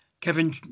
Kevin